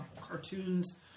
cartoons